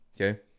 Okay